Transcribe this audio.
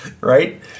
Right